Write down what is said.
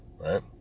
right